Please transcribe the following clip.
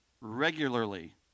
regularly